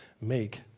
make